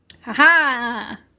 Ha-ha